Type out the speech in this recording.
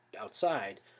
outside